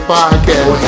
Podcast